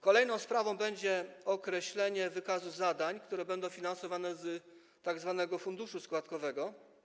Kolejną sprawą będzie określenie wykazu zadań, które będą finansowane z tzw. funduszu składkowego.